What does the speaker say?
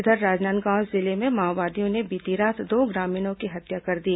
इधर राजनांदगांव जिले में माओवादियों ने बीती रात दो ग्रामीणों की हत्या कर दी